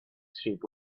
sheep